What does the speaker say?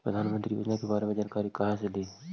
प्रधानमंत्री योजना के बारे मे जानकारी काहे से ली?